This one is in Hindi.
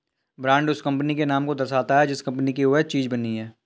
ब्रांड उस कंपनी के नाम को दर्शाता है जिस कंपनी की वह चीज बनी है